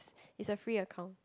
is a free account